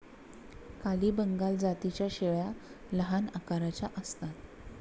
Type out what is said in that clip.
काली बंगाल जातीच्या शेळ्या लहान आकाराच्या असतात